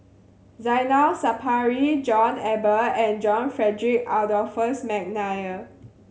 Zainal Sapari John Eber and John Frederick Adolphus McNair